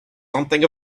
something